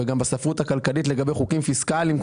וגם בספרות הכלכלית לגבי חוקים פיסקליים,